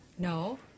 no